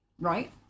right